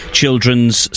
children's